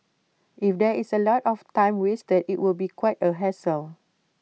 if there is A lot of time wasted IT would be quite A hassle